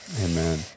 Amen